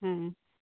ᱦᱮᱸ